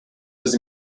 was